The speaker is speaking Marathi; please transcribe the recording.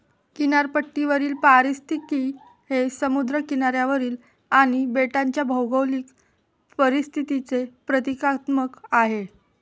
किनारपट्टीवरील पारिस्थितिकी हे समुद्र किनाऱ्यावरील आणि बेटांच्या भौगोलिक परिस्थितीचे प्रतीकात्मक आहे